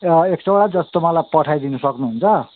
एक सौवटा जस्तो मलाई पठाइदिनु सक्नुहुन्छ